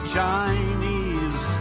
Chinese